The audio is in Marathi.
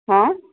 हां